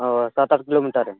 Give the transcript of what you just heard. ᱚᱸᱻ ᱥᱟᱛ ᱟᱴ ᱠᱤᱞᱚᱢᱤᱴᱟᱨ ᱨᱮ